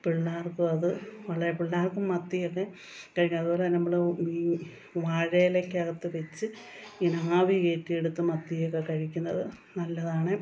പിള്ളേർക്ക് അത് വളരെ പിള്ളേർക്കും മത്തിയൊക്കെ അതുപോലെതന്നെ നമ്മൾ ഈ വാഴയിലയ്ക്കകത്തു വെച്ച് പിന്നെ ആവി കയറ്റിയെടുത്ത് മത്തിയൊക്കെ കഴിക്കുന്നത് നല്ലതാണെ